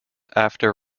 after